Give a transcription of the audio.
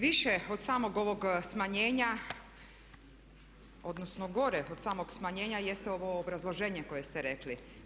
Više od samog ovog smanjenja odnosno gore od samog smanjenja jeste ovo obrazloženje koje ste rekli.